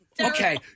Okay